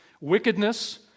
Wickedness